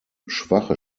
schwache